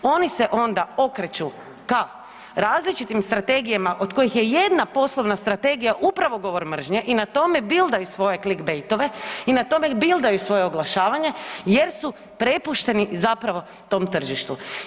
Oni se onda okreću ka različitim strategijama od kojih je jedna poslovna strategija upravo govor mržnje i na tome bildaju svoje klik bejtove i na tome bildavaju svoje oglašavanje, jer su prepušteni zapravo tom tržištu.